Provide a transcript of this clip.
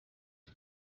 uko